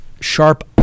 sharp